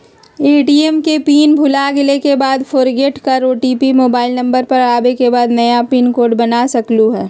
ATM के pin भुलागेल के बाद फोरगेट कर ओ.टी.पी मोबाइल नंबर पर आवे के बाद नया पिन कोड बना सकलहु ह?